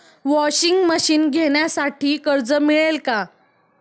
Washing machine घेण्यासाठी कर्ज मिळेल का?